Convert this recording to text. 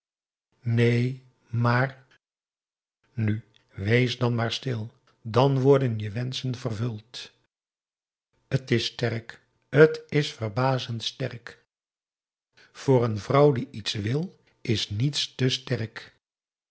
neen maar nu wees dan maar stil dan worden je wenschen vervuld t is sterk t is verbazend sterk voor een vrouw die iets wil is niets te sterk